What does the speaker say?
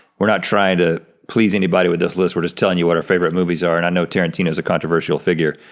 we're not trying to please anybody with this list, we're just telling you what our favorite movies are. and i know tarantino is a controversial figure.